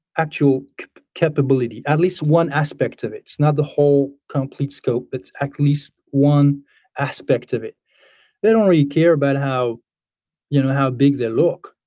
actual capability, at least one aspect of it, it's not the whole complete scope. it's at least one aspect of it they don't really care about how you know how big they look.